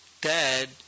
Dad